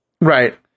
Right